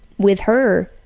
with her,